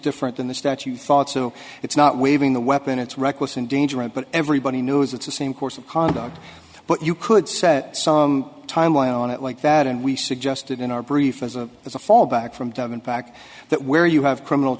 different than the statute thought so it's not waiving the weapon it's reckless endangerment but everybody knows it's the same course of conduct but you could set some timeline on it like that and we suggested in our brief as a as a fall back from down and back that where you have criminal